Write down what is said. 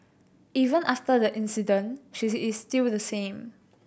even after the incident she is still the same